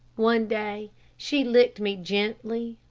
one day she licked me gently,